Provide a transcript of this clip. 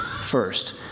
first